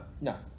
no